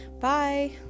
bye